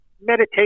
Meditation